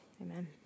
amen